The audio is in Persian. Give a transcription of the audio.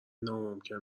ناممکن